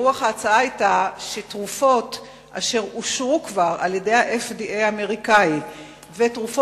רוח ההצעה היתה שתרופות אשר אושרו כבר על-ידי ה-FDA האמריקני ותרופות